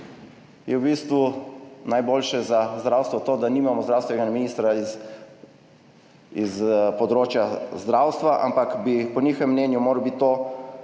je v bistvu najboljše za zdravstvo to, da nimamo zdravstvenega ministra iz področja zdravstva, ampak bi po njihovem mnenju moral biti to,